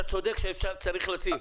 אתה צודק שצריך לשים,